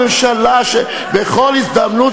ממשלה שבכל הזדמנות,